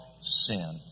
sin